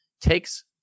takes